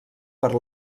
per